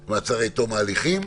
מה הולך להיות,